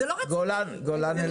הינה, הוא